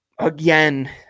again